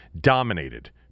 dominated